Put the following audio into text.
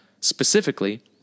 Specifically